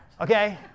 okay